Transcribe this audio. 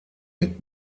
mit